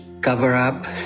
cover-up